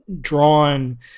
drawn